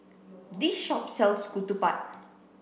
this shop sells Ketupat